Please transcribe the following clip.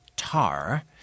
tar